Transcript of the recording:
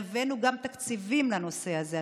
הבאנו גם תקציבים לנושא הזה.